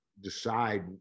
decide